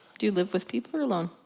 do you live with people or alone?